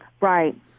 Right